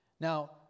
Now